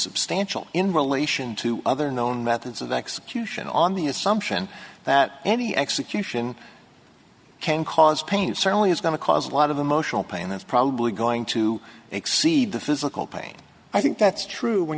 substantial in relation to other known methods of execution on the assumption that any execution can cause pain it certainly is going to cause a lot of emotional pain that's probably going to exceed the physical pain i think that's true when